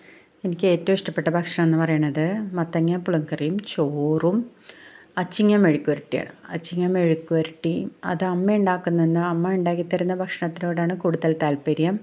എനിക്ക് ഏറ്റവും ഇഷ്ടപ്പെട്ട ഭക്ഷണം എന്നു പറയണത് മത്തങ്ങ പുളിങ്കറിയും ചോറും അച്ചിങ്ങ മെഴുക്കുവരട്ടിയാണ് അച്ചിങ്ങ മെഴുക്കുവരട്ടി അത് അമ്മ ഉണ്ടാക്കുന്നതെന്നാൽ അമ്മ ഉണ്ടാക്കിത്തരുന്ന ഭക്ഷണത്തിനോടാണ് കൂടുതൽ താല്പര്യം